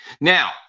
Now